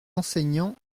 enseignants